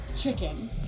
chicken